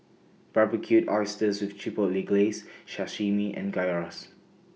Barbecued Oysters with Chipotle Glaze Sashimi and Gyros